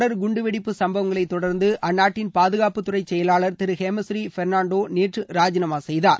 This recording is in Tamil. தொடர் குண்டுவெடிப்பு சம்பவங்களை தொடர்ந்து அந்நாட்டின் பாதுகாப்புத்துறை இலங்கை செயலாளர் திரு ஹேமாஸ்சிறி பொ்ணான்டோ நேற்று ராஜினாமா செய்தார்